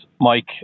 Mike